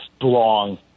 belong